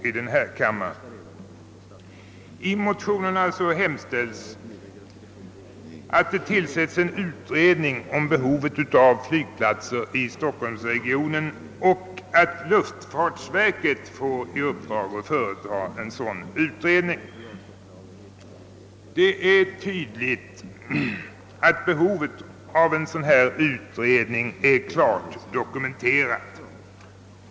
I motionerna hemställs om en utredning om behovet av flygplatser i stockholmsregionen och att luftfartsverket får i uppdrag att företa en sådan utredning. Behovet av en sådan utredning är klart dokumenterat.